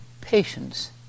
patience